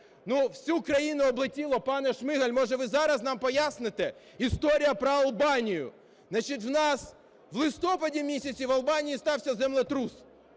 Ну, всю країну облетіло, пане Шмигаль, може, ви зараз нам поясните, історія про Албанію. Значить, в нас... в листопаді місяці в Албанії стався землетрус,